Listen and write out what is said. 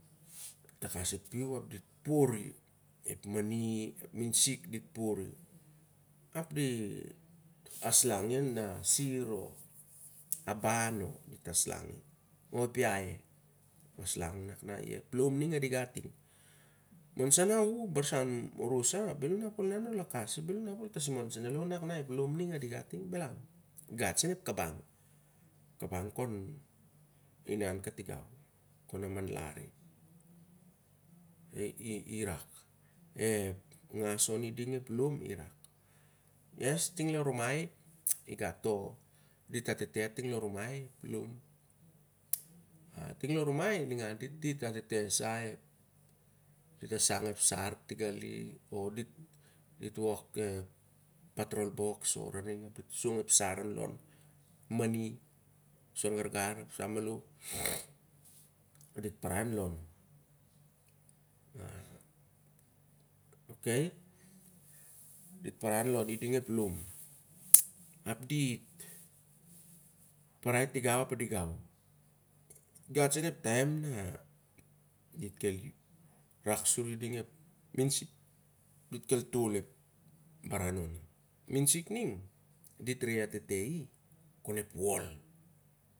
Akos ep piu, ap dit pori, ep mani ep minsik dit pori ap di aslangi ona sir o a ban o dit aslangi kanak i lom ming adinga ting. Monsana u ep barasan urusa bel u nap ol akasi o bel tasimon i ep lon ning a dinga ting. I gat sen ep kambang, ep kambang, ep kambang kon inan katingau. Kon amandari ep ngas kon inan kon i ding ep lom i rak- yes ting lo rumai, dit atete ting lo rumai, ep lom. Ting lo rumai ningan dit dit assang ep. sar tinggalich o dit tol ep patrol box, epmani ep suan gargar, ep sa malo, dit parai onlon. Okay dit parai lon i ding ep lom ap dit parai tingau ap an ding ep lom ap dit parai tingau ap an ding gau. Ep taim na dit ki raksu i ding ep misik ning kon ep wol.